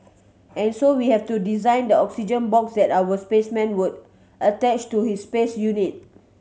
and so we have to design the oxygen box that our spaceman would attach to his space suit